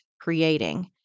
creating